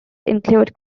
include